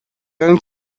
going